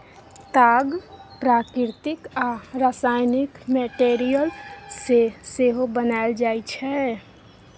ताग प्राकृतिक आ रासायनिक मैटीरियल सँ सेहो बनाएल जाइ छै